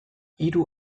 hiru